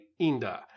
Inda